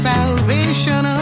Salvation